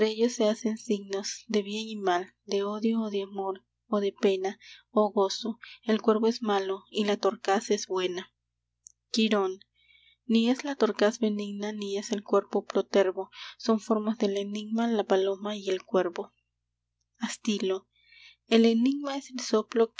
ellos se hacen signos de bien y mal de odio o de amor o de pena o gozo el cuervo es malo y la torcaz es buena quirón ni es la torcaz benigna ni es el cuervo protervo son formas del enigma la paloma y el cuervo astilo el enigma es el soplo